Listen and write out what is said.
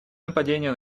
нападения